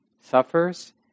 suffers